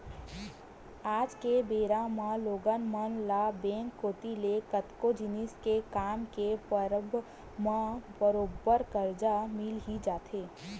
आज के बेरा म लोगन मन ल बेंक कोती ले कतको जिनिस के काम के परब म बरोबर करजा मिल ही जाथे